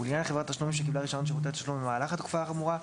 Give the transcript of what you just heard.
ולעניין חברת תשלומים שקיבלה רישיון שירותי תשלום במהלך התקופה האמורה,